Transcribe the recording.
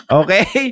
okay